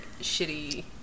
shitty